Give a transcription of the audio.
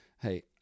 hey